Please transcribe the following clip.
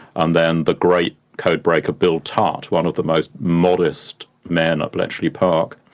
and then the great code breaker bill tutte, ah one of the most modest men at bletchley park.